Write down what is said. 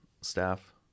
staff